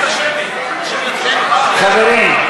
חברים,